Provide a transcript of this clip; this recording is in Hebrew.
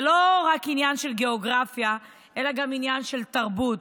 זה לא רק עניין של גיאוגרפיה אלא גם עניין של תרבות.